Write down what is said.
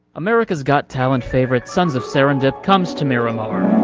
america's got talent, favourite sons of serendip comes to miramar.